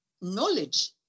knowledge